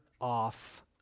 off